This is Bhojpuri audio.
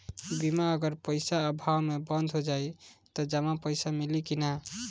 बीमा अगर पइसा अभाव में बंद हो जाई त जमा पइसा मिली कि न?